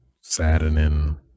saddening